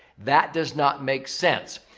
that does not make sense.